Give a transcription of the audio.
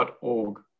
.org